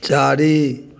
चारि